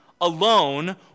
alone